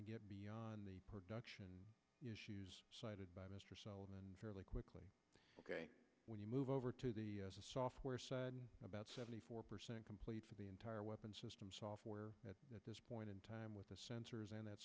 to get beyond the production issues cited by mr solomon fairly quickly when you move over to the software side about seventy four percent complete for the entire weapons system software that at this point in time with the sensors and that